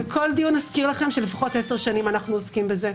בכל דיון אזכיר לכם שלפחות עשר שנים אנחנו עוסקים בזה,